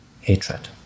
hatred